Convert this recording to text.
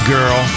Girl